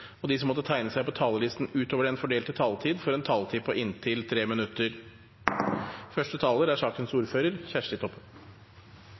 og de som måtte tegne seg på talerlisten utover den fordelte taletid, får en taletid på inntil 3 minutter.